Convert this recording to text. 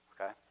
Okay